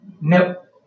Nope